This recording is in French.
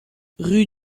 rue